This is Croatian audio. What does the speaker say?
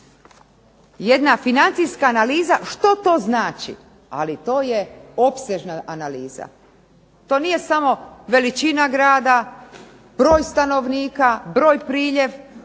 jedna financijska analiza što to znači, ali to je opsežna analiza. To nije samo veličina grada, broj stanovnika, broj priljeva